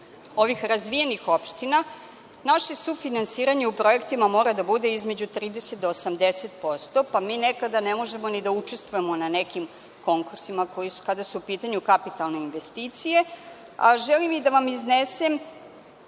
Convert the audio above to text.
ovih razvijenih opština, naše sufinansiranje u projektima mora da bude između 30 i 80%, pa mi nekada ne možemo ni da učestvujemo na nekim konkursima kada su u pitanju kapitalne investicije. Želim da vam iznesem